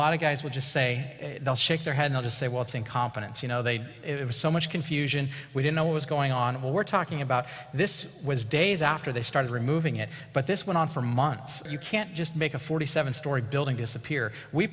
lot of guys would just say they'll shake their hand they just say well it's incompetence you know they it was so much confusion we didn't know what was going on and we're talking about this was days after they started removing it but this went on for months you can't just make a forty seven story building disappear we